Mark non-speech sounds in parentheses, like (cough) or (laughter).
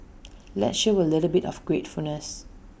(noise) let's show A little bit of gratefulness